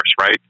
right